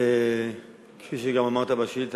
כפי שגם אמרת בשאילתה,